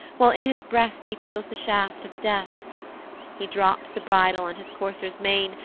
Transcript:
while in his breast he feels the shaft of death he drops the bridle on his courser's mane,